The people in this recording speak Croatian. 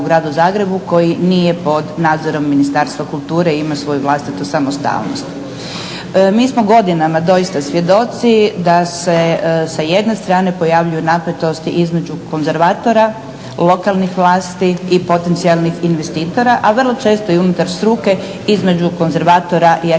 koji nije pod nadzorom Ministarstva kulture i ima svoju vlastitu samostalnost. Mi smo godinama doista svjedoci da se sa jedne strane pojavljuju napetosti između konzervatora lokalne vlasti i potencijalnih investitora, a vrlo često i unutar struke između konzervatora i arhitekata.